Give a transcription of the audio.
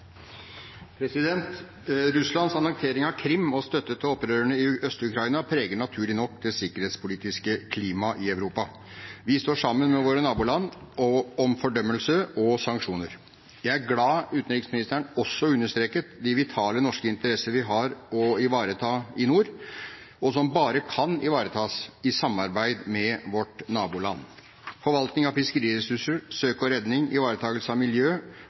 Russlands annektering av Krim og støtte til opprørerne i Øst-Ukraina preger naturlig nok det sikkerhetspolitiske klimaet i Europa. Vi står sammen med våre naboland om fordømmelse og sanksjoner. Jeg er glad for at utenriksministeren også understreket de vitale norske interesser vi har å ivareta i nord, og som bare kan ivaretas i samarbeid med vårt naboland: forvaltning av fiskeressurser, søk og redning, ivaretakelse av miljø